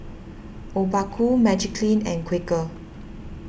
Obaku Magiclean and Quaker